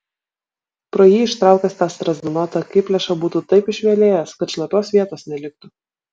pro jį ištraukęs tą strazdanotą akiplėšą būtų taip išvelėjęs kad šlapios vietos neliktų